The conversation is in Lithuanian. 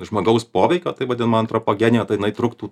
žmogaus poveikio taip vadinama antropogenija tai jinai truktų